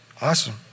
Awesome